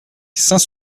saint